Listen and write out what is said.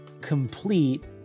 complete